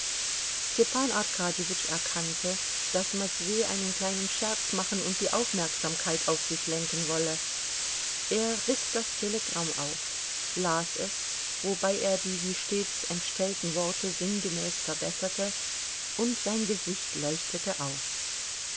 arkadjewitsch erkannte daß matwei einen kleinen scherz machen und die aufmerksamkeit auf sich lenken wolle er riß das telegramm auf las es wobei er die wie stets entstellten worte sinngemäß verbesserte und sein gesicht leuchtete auf